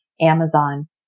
Amazon